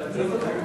שלא.